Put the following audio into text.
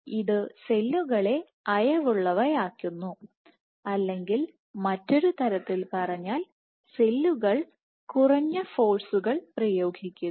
ഇത് സെല്ലുകളെ അയവുള്ളവയാക്കുന്നു അല്ലെങ്കിൽ മറ്റൊരു തരത്തിൽ പറഞ്ഞാൽ സെല്ലുകൾ കുറഞ്ഞ ഫോഴ്സുകൾ പ്രയോഗിക്കുന്നു